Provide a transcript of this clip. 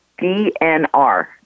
DNR